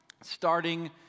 starting